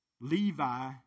Levi